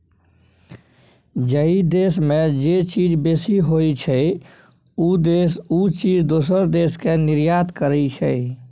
जइ देस में जे चीज बेसी होइ छइ, उ देस उ चीज दोसर देस के निर्यात करइ छइ